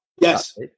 Yes